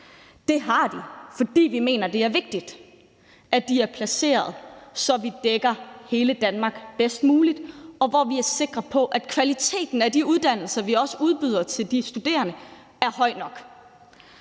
Det har de, fordi vi mener, det er vigtigt, at de er placeret sådan, at vi dækker hele Danmark bedst muligt, og hvor vi er sikre på, at kvaliteten af de uddannelser, vi udbyder til de studerende, er høj nok.